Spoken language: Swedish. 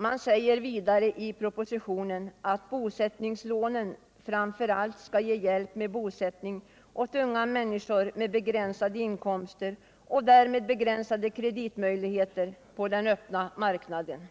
Man säger vidare i propositionen att bosättningslånen framför allt skall ”ge hjälp med bosättningen åt unga människor med begränsade inkomster och därmed begränsade kreditmöjligheter på den öppna marknaden”.